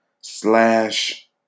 slash